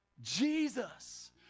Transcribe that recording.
Jesus